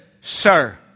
sir